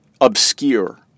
obscure